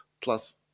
plus